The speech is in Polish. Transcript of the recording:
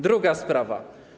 Druga sprawa.